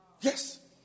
Yes